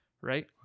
right